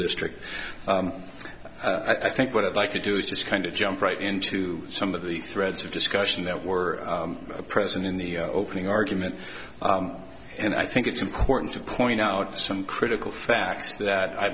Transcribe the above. district i think what i'd like to do is just kind of jump right into some of the threads of discussion that were present in the opening argument and i think it's important to point out some critical facts that i